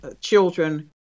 children